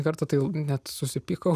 kartą tai net susipykau